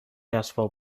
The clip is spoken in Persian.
اسباب